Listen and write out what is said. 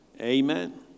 Amen